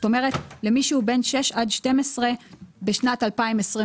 זאת אומרת למי שהוא בן 6 עד 12 בשנת 2022,